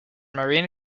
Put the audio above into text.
marine